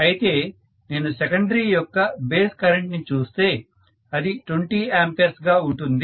అయితే నేను సెకండరీ యొక్క బేస్ కరెంట్ ని చూస్తే అది 20 A గా ఉంటుంది